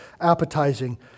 appetizing